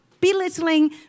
belittling